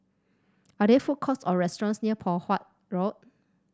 are there food courts or restaurants near Poh Huat Road